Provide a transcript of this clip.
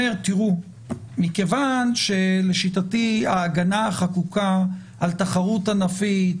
אומר שמכיוון שלשיטתי ההגנה החקוקה על תחרות ענפית,